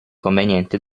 conveniente